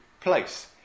place